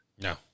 no